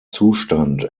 zustand